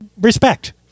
Respect